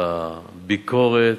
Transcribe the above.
בביקורת.